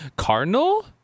Cardinal